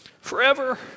forever